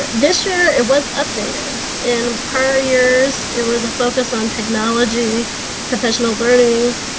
this year it was updated in periers. it was a focus on technology professional learning,